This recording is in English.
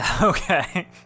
Okay